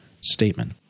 statement